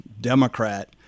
Democrat